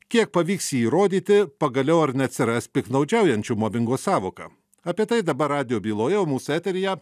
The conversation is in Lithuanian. kiek pavyks jį įrodyti pagaliau ar neatsiras piktnaudžiaujančių mobingos sąvoka apie tai dabar radijo byloje mūsų eteryje